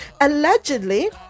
allegedly